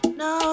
no